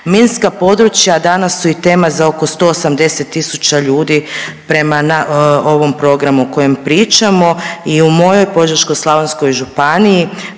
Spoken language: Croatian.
Minska područja danas su i tema za oko 180 tisuća ljudi prema ovom programu kojem pričamo i u mojoj Požeško-slavonskoj županiji